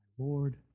Lord